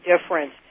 difference